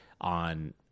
on